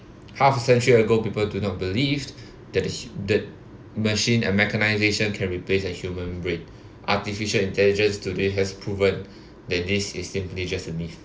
half a century ago people do not believed that the hu~ the machine and mechanization can replace a human brain artificial intelligence today has proven that this is simply just a myth